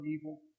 evil